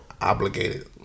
obligated